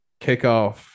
Kickoff